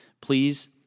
please